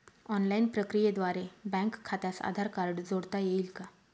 Online प्रक्रियेद्वारे bank खात्यास Aadhaar card जोडता येईल का?